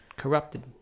corrupted